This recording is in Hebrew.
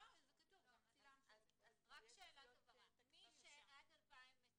מי שעד 2020